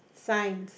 Science